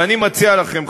אני מציע לכם,